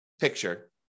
picture